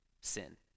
sin